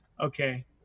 okay